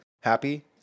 happy